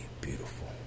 beautiful